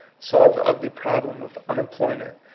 solve the ugly problem of unemployment,